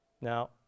Now